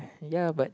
ya but